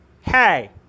hey